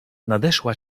nadeszła